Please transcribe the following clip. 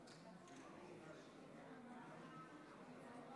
אם כן, אני קובע כי הצעת האי-אמון לא